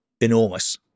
enormous